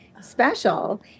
special